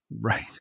right